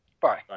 Bye